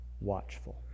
watchful